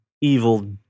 evil